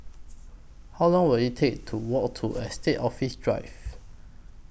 How Long Will IT Take to Walk to Estate Office Drive